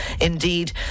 Indeed